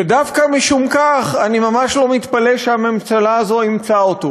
ודווקא משום כך אני ממש לא מתפלא שהממשלה הזאת אימצה אותו.